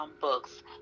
books